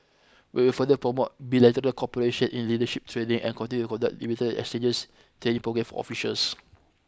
we will further promote bilateral cooperation in leadership training and continue conduct bilateralexchanges training program officials